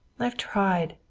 i've tried.